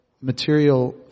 material